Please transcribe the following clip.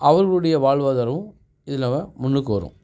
அவர்களுடைய வாழ்வாதாரமும் இதில் முன்னுக்கு வரும்